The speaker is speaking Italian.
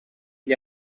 gli